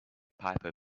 piper